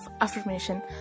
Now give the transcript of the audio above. Affirmation